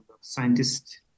scientists